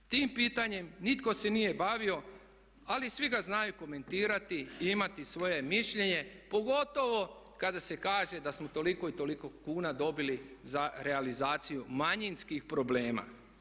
Tim pitanjem nitko se nije bavio ali svi ga znaju komentirati i imati svoje mišljenje pogotovo kada se kaže da smo toliko i toliko kuna dobili za realizaciju manjinskih problema.